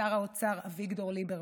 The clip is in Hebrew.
שר האוצר אביגדור ליברמן,